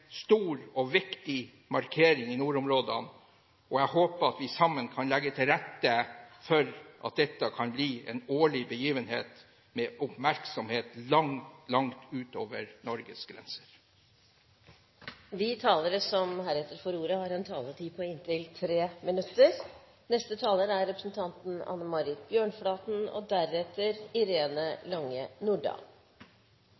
stor og viktig markering i nordområdene, og jeg håper at vi sammen kan legge til rette for at dette kan bli en årlig begivenhet med oppmerksomhet langt, langt utover Norges grenser. De talere som heretter får ordet, har en taletid på inntil 3 minutter.